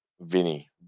Vinny